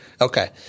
Okay